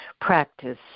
practice